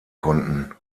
konnten